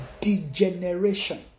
degeneration